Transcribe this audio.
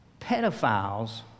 pedophiles